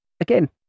again